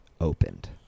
opened